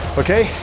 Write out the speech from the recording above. okay